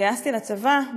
כשהתגייסתי לצבא,